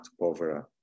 povera